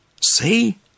See